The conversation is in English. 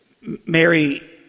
Mary